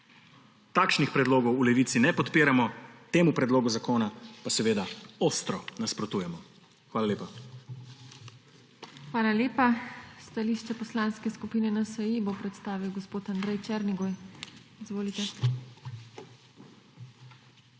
Takšnih predlogov v Levici ne podpiramo, temu predlogu zakona pa seveda ostro nasprotujemo. Hvala lepa. **PODPREDSEDNICA TINA HEFERLE:** Hvala lepa. Stališče Poslanske skupine NSi bo predstavil gospod Andrej Černigoj. Izvolite.